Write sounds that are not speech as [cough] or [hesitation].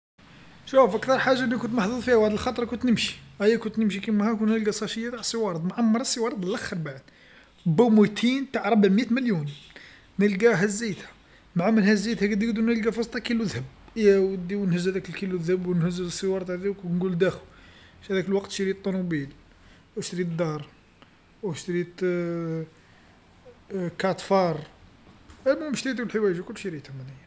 شوف أكثر حاجه اللي كنت محظوظ فيها وحد الخطره كنت نمشي، أيا كنت نمشي كيما هاك ونلقى ساشيه تاع الصوارد، معمره الصوارد اللخر بعد، با ميتين تاع ربعمية مليون، نلقاه هزيتها، مع مين هزيتها قد قد نلقى فوسطها كيلو ذهب، يا ودي ونهز هذاك الكيلو ذهب ونهز الصوارد هاذوك ونقول [unintelligible] باش في هذاك الوقت شريت طونوبيل وشريت دار وشريت، [hesitation] [unintelligible] أنا نشتي هاذ الحوايج الكل شريتهم.